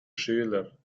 schüler